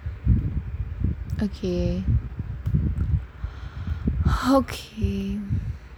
okay okay